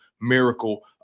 miracle